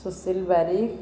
Sushil Barik